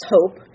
Hope